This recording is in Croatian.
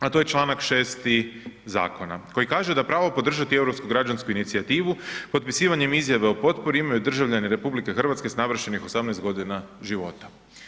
A to je čl. 6. zakona koji kaže da pravo podržati europsku građansku inicijativu potpisivanjem izjave o potpori imaju državljani RH s navršenih 18 g. života.